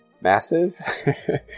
massive